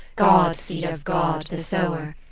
god-seed of god the sower,